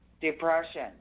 depression